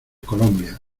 colombia